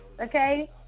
Okay